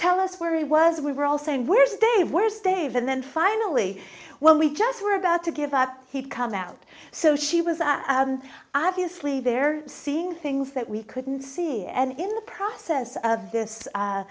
tell us where he was we were all saying where's the worst dave and then finally when we just were about to give up he'd come out so she was i obviously they're seeing things that we couldn't see and in the process of this